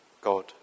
God